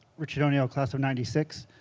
richard o'neill class of ninety six.